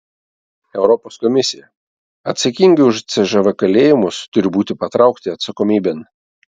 europos komisija atsakingi už cžv kalėjimus turi būti patraukti atsakomybėn